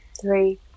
three